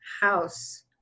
house